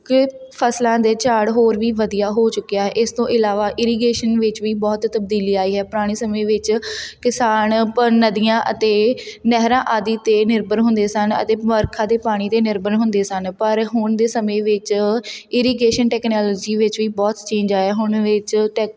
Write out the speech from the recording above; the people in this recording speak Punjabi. ਕਿ ਫਸਲਾਂ ਦੇ ਝਾੜ ਹੋਰ ਵੀ ਵਧੀਆ ਹੋ ਚੁੱਕਿਆ ਇਸ ਤੋਂ ਇਲਾਵਾ ਇਰੀਗੇਸ਼ਨ ਵਿੱਚ ਵੀ ਬਹੁਤ ਤਬਦੀਲੀ ਆਈ ਹੈ ਪੁਰਾਣੇ ਸਮੇਂ ਵਿੱਚ ਕਿਸਾਨ ਪ ਨਦੀਆਂ ਅਤੇ ਨਹਿਰਾਂ ਆਦਿ 'ਤੇ ਨਿਰਭਰ ਹੁੰਦੇ ਸਨ ਅਤੇ ਵਰਖਾ ਦੇ ਪਾਣੀ 'ਤੇ ਨਿਰਭਰ ਹੁੰਦੇ ਸਨ ਪਰ ਹੁਣ ਦੇ ਸਮੇਂ ਵਿੱਚ ਇਰੀਗੇਸ਼ਨ ਟੈਕਨੋਲੋਜੀ ਵਿੱਚ ਵੀ ਬਹੁਤ ਚੇਂਜ ਆਇਆ ਹੁਣ ਵਿੱਚ ਟੈ